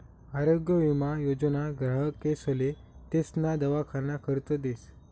आरोग्य विमा योजना ग्राहकेसले तेसना दवाखाना खर्च देस